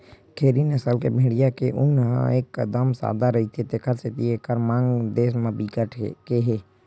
खेरी नसल के भेड़िया के ऊन ह एकदम सादा रहिथे तेखर सेती एकर मांग देस म बिकट के हे